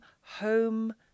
home